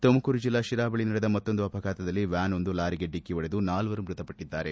ತುಮಕೂರು ಜಿಲ್ಲೆ ಶಿರಾ ಬಳಿ ನಡೆದ ಮತ್ತೊಂದು ಅಪಘಾತದಲ್ಲಿ ವ್ಯಾನ್ವೊಂದು ಲಾರಿಗೆ ಡಿಕ್ಕಿ ಹೊಡೆದು ನಾಲ್ವರು ಮೃತವಟ್ಟಿದ್ದಾರೆ